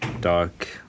dark